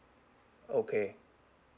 okay